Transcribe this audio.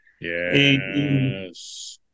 Yes